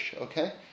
okay